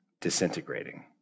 disintegrating